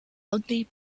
ugly